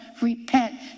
repent